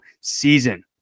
season